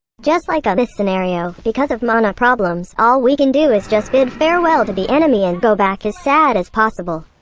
just like on this scenario, because of mana problems, all we can do is just bid farewell to the enemy and go back as sad as possible.